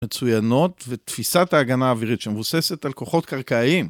מצוינות ותפיסת ההגנה האווירית שמבוססת על כוחות קרקעיים.